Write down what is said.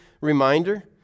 reminder